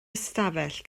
ystafell